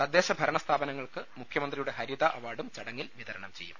തദ്ദേശ ഭരണ സ്ഥാപനങ്ങൾക്ക് മുഖ്യ മന്ത്രിയുടെ ഹരിത അവാർഡും ചടങ്ങിൽ വിതരണം ചെയ്യും